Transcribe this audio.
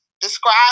describe